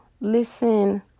listen